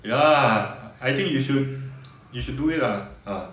ya lah I think you should you should do it lah uh